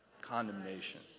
Condemnation